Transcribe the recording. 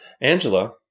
Angela